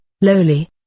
lowly